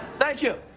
thank you